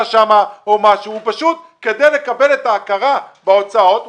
שם אלא הוא כדי לקבל את ההכרה בהוצאות,